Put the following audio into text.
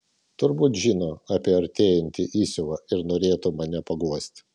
turbūt žino apie artėjantį įsiuvą ir norėtų mane paguosti